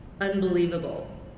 unbelievable